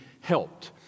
helped